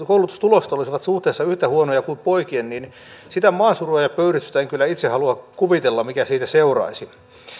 koulutustulokset olisivat suhteessa yhtä huonoja kuin poikien sitä maansurua ja pöyristystä en kyllä itse halua kuvitella mikä siitä seuraisi